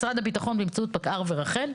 משרד הביטחון באמצעות פקע"ר ורח"ל.